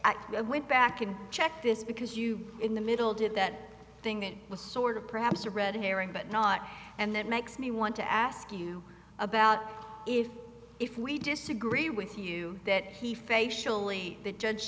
that went back and checked this because you in the middle did that thing that was sort of perhaps a red herring but not and that makes me want to ask you about if if we disagree with you that he facially the judge